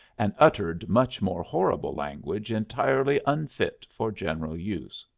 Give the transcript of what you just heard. and uttered much more horrible language entirely unfit for general use.